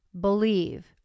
Believe